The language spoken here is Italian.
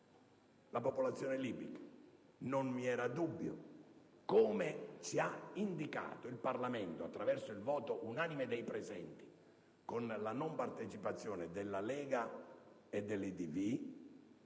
la popolazione libica. Non vi era dubbio - come ci ha indicato il Parlamento attraverso il voto unanime dei presenti, con la non partecipazione al voto della